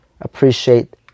appreciate